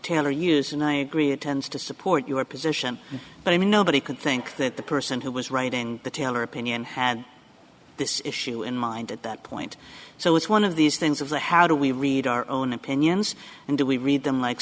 taylor use and i agree it tends to support your position but i mean nobody could think that the person who was writing the tailor opinion had this issue in mind at that point so it's one of these things of the how do we read our own opinions and do we read them like